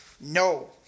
no